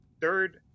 third